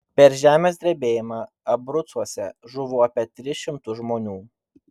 per žemės drebėjimą abrucuose žuvo apie tris šimtus žmonių